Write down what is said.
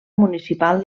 municipal